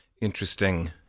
interesting